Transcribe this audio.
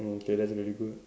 mm K that's very good